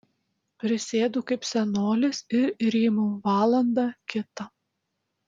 prisėdu kaip senolis ir rymau valandą kitą